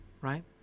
Right